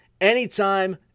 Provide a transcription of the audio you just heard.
anytime